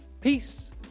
Peace